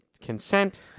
consent